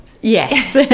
yes